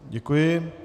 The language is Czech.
Děkuji.